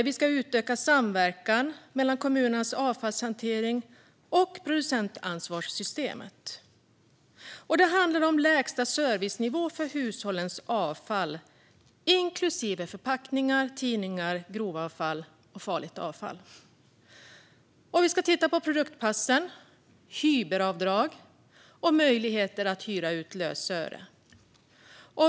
Vi ska utöka samverkan mellan kommunernas avfallshantering och producentansvarssystemet. Det handlar om lägsta servicenivå för hushållens avfall inklusive förpackningar, tidningar, grovavfall och farligt avfall. Vi ska också titta på produktpass, hyberavdrag och möjligheter att hyra ut lösöre.